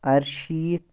اَرشیٖتھ